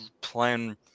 playing